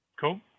Cool